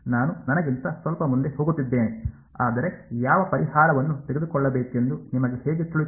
ನಾನು ನನಗಿಂತ ಸ್ವಲ್ಪ ಮುಂದೆ ಹೋಗುತ್ತಿದ್ದೇನೆ ಆದರೆ ಯಾವ ಪರಿಹಾರವನ್ನು ತೆಗೆದುಕೊಳ್ಳಬೇಕೆಂದು ನಿಮಗೆ ಹೇಗೆ ತಿಳಿಯುತ್ತದೆ